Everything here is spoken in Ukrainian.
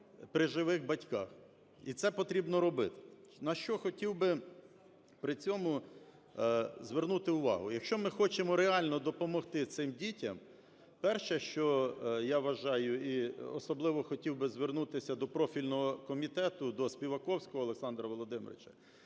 при живих батьках. І це потрібно робити. На що хотів би при цьому звернути увагу. Якщо ми хочемо реально допомогти цим дітям, перше, що я вважаю і особливо хотів би звернутися до профільного комітету, до Співаковського Олександра Володимировича,